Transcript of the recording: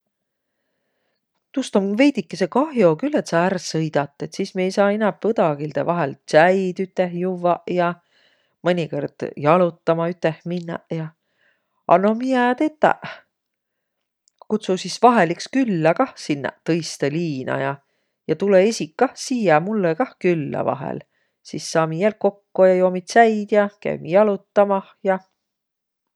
Tuust om veidükese kah'o külh, et sa ärq sõidat. Et sis mi ei saaq inämb õdagildõ vahel tsäid üteh juvvaq ja mõnikõrd jalotama üteh minnäq ja. A no miä tetäq. Kutsuq sis vahel küllä kah sinnäq tõistõ liina ja, ja tulõq esiq kah siiäq mullõ kah küllä vahel. Sis saamiq jälq kokko ja joomiq tsäid ja käümiq jalotamah ja.